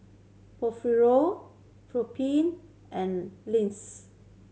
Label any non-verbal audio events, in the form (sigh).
Porfirio Felipe and (unintelligible)